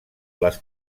les